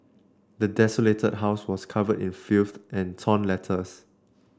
the desolated house was covered in filth and torn letters